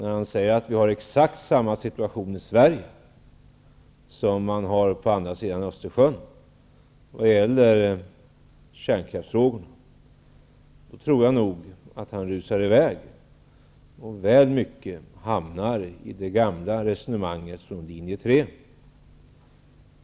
När han säger att vi har exakt samma situation i Sverige som man har på andra sidan Östersjön vad gäller kärnkraftsfrågor, tror jag nog att han rusar i väg och väl mycket hamnar i det gamla resonemanget från linje 3.